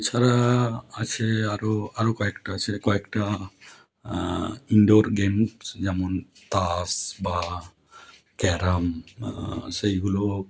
এছাড়া আছে আরো আরো কয়েকটা আছে কয়েকটা ইনডোর গেমস যেমন তাস বা ক্যারম সেগুলো